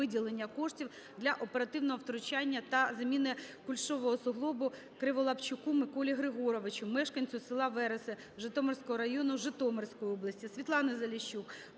виділення коштів для оперативного втручання та заміни кульшового суглобу Криволапчуку Миколі Григоровичу, мешканцю села Вереси Житомирського району, Житомирської області. Світлани Заліщук